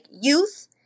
youth